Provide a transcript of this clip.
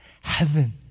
heaven